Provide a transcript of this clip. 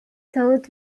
south